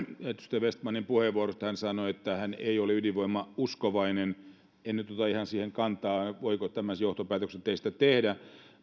edustaja vestmanin puheenvuorosta hän sanoi että hän ei ole ydinvoimauskovainen en nyt ota ihan siihen kantaa voiko tämän johtopäätöksen teistä tehdä